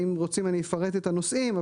אם רוצים אני אפרט את הנושאים,